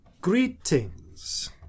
greetings